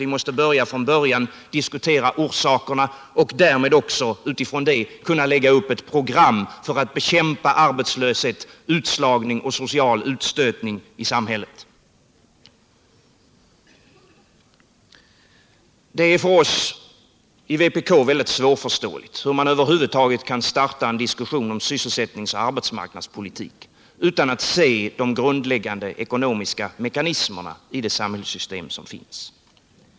Vi måste börja från början och diskutera orsakerna för att därmed kunna lägga upp ett program för att bekämpa arbetslöshet, utslagning och social utstötning i samhället. Det är för oss i vpk väldigt svårförståeligt hur man över huvud taget kan starta en diskussion om sysselsättningsoch arbetsmarknadspolitik utan att se de grundläggande ekonomiska mekanismerna i det samhällssystem som finns.